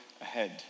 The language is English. ahead